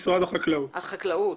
משרד החקלאות.